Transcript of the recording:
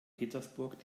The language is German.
petersburg